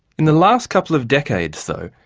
in the last couple of decades though,